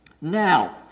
Now